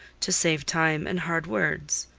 to save time and hard words.